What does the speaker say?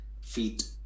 feet